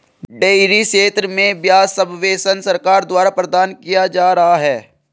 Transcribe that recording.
dairy क्षेत्र में ब्याज सब्वेंशन सरकार द्वारा प्रदान किया जा रहा है